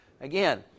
Again